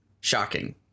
shocking